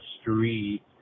street